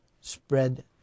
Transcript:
spread